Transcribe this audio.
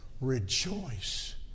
rejoice